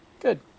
Good